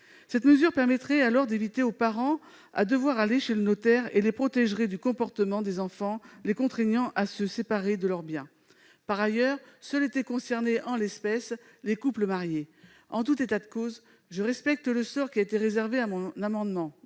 Cette mesure permettait d'éviter aux parents d'aller chez le notaire et les protégeait du comportement d'enfants les contraignant à se séparer de leurs biens. Par ailleurs, seuls étaient concernés, en l'espèce, les couples mariés. Je respecte le sort qui a été réservé à mon amendement